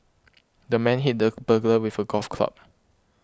the man hit the burglar with a golf club